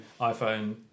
iPhone